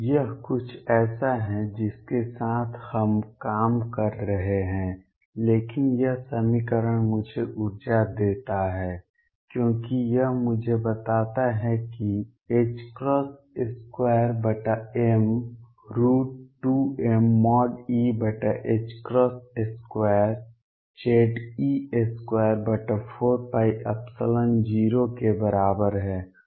यह कुछ ऐसा है जिसके साथ हम काम कर रहे हैं लेकिन यह समीकरण मुझे ऊर्जा देता है क्योंकि यह मुझे बताता है कि 2m2mE2 Ze24π0 के बराबर है